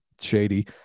shady